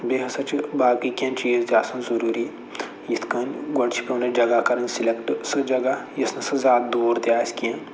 بیٚیہِ ہسا چھِ باقٕے کیٚنٛہہ چیٖز تہِ آسان ضٔروٗری یِتھ کٔنۍ گۄڈٕ چھِ پٮ۪وان اَسہِ جگہ کَرٕنۍ سِلٮ۪کٹ سُہ جگہ یُس نَہ سا زیادٕ دوٗر تہِ آسہِ کیٚنٛہہ